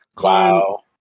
Wow